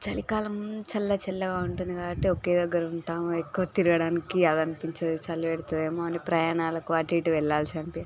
చలికాలం చల్లచల్లగా ఉంటుంది కాబట్టి ఒక దగ్గర ఉంటాము ఎక్కువ తిరగడానికి అలా అనిపించదు చలి పెడుతుంది ఏమో మరి ప్రయాణాలకు అటు ఇటు వెళ్ళాల్సి అంతే